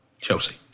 Chelsea